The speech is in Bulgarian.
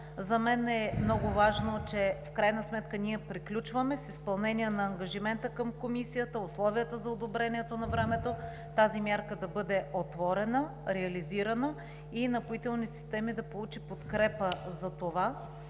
За мен е много важно, че ние приключваме с изпълнение на ангажимента към Комисията – условията за одобрението навремето тази мярка да бъде отворена, реализирана и Напоителни системи да получат подкрепа за това,